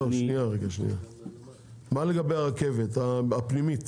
שנייה, מה לגבי הרכבת הפנימית